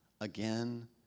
again